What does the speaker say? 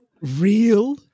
real